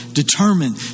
determined